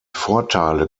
vorteile